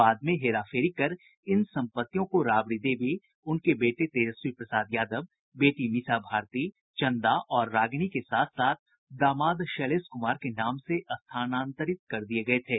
बाद में हेरा फेरी कर इन सम्पत्तियों को राबड़ी देवी उनके बेटे तेजस्वी प्रसाद यादव बेटी मीसा भारती चंदा और रागिनी के साथ साथ दामाद शैलेश कुमार के नाम से स्थानांतरित कर दिये गये थे